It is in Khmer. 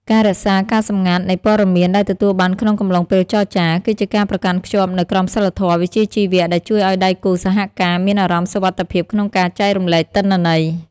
ការរក្សាការសម្ងាត់នៃព័ត៌មានដែលទទួលបានក្នុងកំឡុងពេលចរចា គឺជាការប្រកាន់ខ្ជាប់នូវក្រមសីលធម៌វិជ្ជាជីវៈដែលជួយឱ្យដៃគូសហការមានអារម្មណ៍សុវត្ថិភាពក្នុងការចែករំលែកទិន្នន័យ។